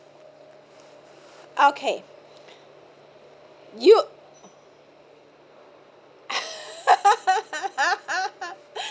okay you